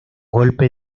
golpe